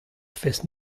fest